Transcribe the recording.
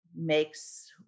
makes